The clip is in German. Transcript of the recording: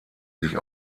sich